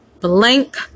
blank